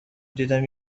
دیدم